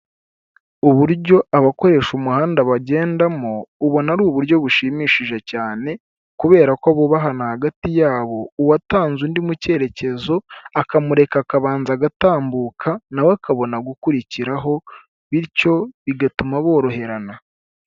Uburyo abakoresha umuhanda bagendamo ubona ari uburyo bushimishije cyane, kubera ko bubahana hagati yabo, uwatanze undi mu cyerekezo akamureka akabanza agatambuka nawe akabona gukurikiraho bityo bigatuma boroherana.